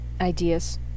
ideas